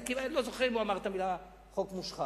אני לא זוכר אם הוא אמר את המלה חוק מושחת.